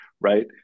right